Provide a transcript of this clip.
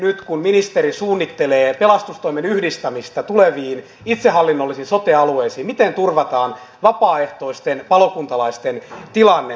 nyt kun ministeri suunnittelee pelastustoimen yhdistämistä tuleviin itsehallinnollisiin sote alueisiin miten turvataan vapaaehtoisten palokuntalaisten tilanne tässä kohtaa